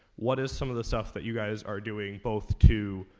what is some of the stuff that you guys are doing both to